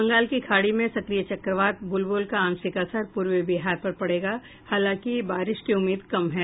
बंगाल की खाड़ी में सक्रिय चक्रवात बुलबुल का आंशिक असर पूर्वी बिहार पर पड़ेगा हालांकि बारिश की उम्मीद नहीं है